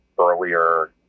Earlier